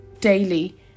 daily